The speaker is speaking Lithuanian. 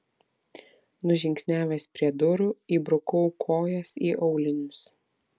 nužingsniavęs prie durų įbrukau kojas į aulinius